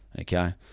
Okay